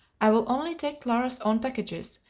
i will only take clara's own packages,